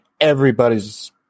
everybody's